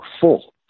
full